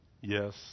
yes